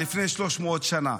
לפני 300 שנה,